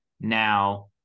Now